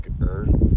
earth